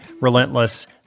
Relentless